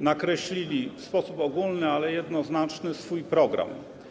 nakreślili w sposób ogólny, ale jednoznaczny swój program.